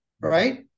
right